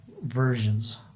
versions